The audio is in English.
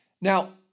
Now